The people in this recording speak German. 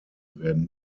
werden